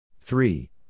Three